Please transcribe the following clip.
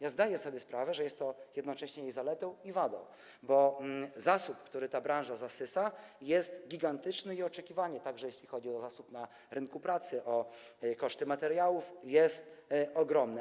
Ja zdaję sobie sprawę, że jest to jednocześnie jej zaletą i wadą, bo zasób, który ta branża zasysa, jest gigantyczny, a oczekiwania, także jeśli chodzi o zasób na rynku pracy, o koszty materiałów, są ogromne.